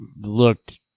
looked